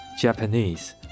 Japanese